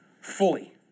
fully